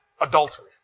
adultery